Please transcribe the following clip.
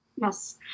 Yes